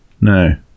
No